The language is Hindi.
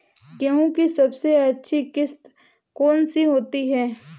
गेहूँ की सबसे अच्छी किश्त कौन सी होती है?